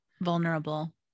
vulnerable